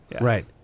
right